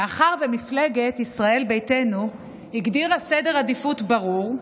מאחר שמפלגת ישראל ביתנו הגדירה סדר עדיפויות ברור,